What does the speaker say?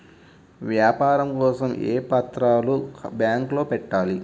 వ్యాపారం కోసం ఏ పత్రాలు బ్యాంక్లో పెట్టాలి?